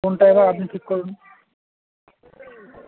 কোনটা এবার আপনি ঠিক করুন